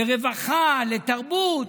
לרווחה, לתרבות,